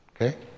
okay